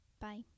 Bye